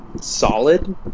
solid